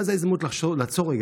ואז חשבתי לעצמי,